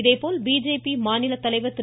இதேபோல் பிஜேபி மாநில தலைவர் திரு